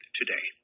Today